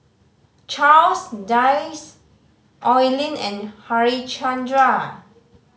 Charles Dyce Oi Lin and Harichandra